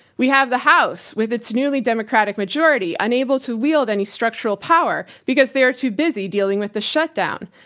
we have the house, with its newly democratic majority, unable to wield any structural power because they are too busy dealing with the shutdown.